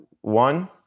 one